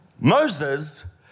Moses